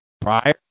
prior